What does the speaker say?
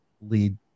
lead